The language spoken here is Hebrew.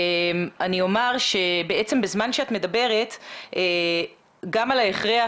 אני אומר שבעצם בזמן שאת מדברת גם על ההכרח